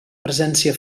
presència